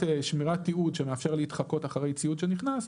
תיעוד שמאפשר להתחקות אחרי ציוד שנכנס,